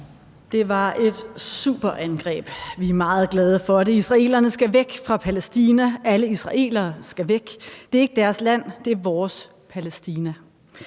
»Det var et super angreb. Vi er meget glade for det. Israelerne skal væk fra Palæstina. ... Alle israelere skal væk. Det er ikke deres land. Det er vores Palæstina.«